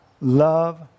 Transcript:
Love